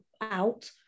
out